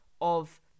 of-